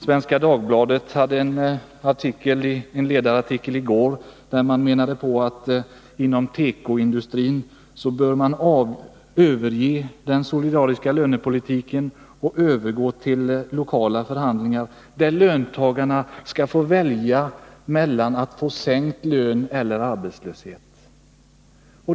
Svenska Dagbladet hade en ledare i går, där det anfördes att man inom tekoindustrin skulle överge den solidariska lönepolitiken och övergå till lokala förhandlingar, där löntagarna skall få välja mellan sänkt lön och arbetslöshet.